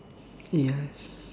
yes